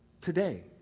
today